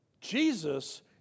Jesus